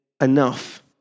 enough